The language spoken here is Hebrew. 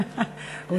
מס' 593,